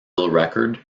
record